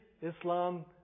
Islam